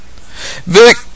Vic